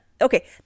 okay